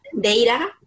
data